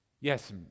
Yes